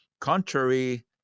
contrary